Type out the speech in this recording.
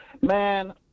man